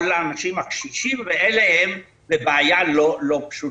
כל האנשים הקשישים שנמצאים בבעיה לא פשוטה.